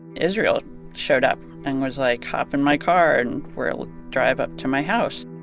israel showed up and was like, hop in my car, and we'll drive up to my house.